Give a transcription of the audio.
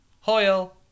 hoyle